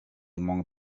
among